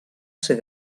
ser